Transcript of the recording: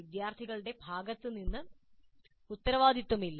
വിദ്യാർത്ഥികളുടെ ഭാഗത്തുനിന്ന് ഉത്തരവാദിത്തമില്ല